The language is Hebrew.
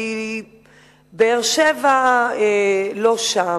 כי באר-שבע לא שם,